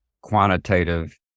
quantitative